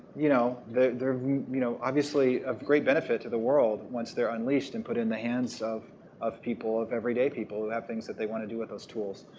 you know they're you know obviously of great benefit to the world once they're unleashed and put in the hands of of people, of every day people, who have things that they want to do with those tools.